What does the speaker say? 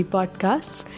Podcasts